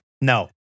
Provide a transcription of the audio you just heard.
No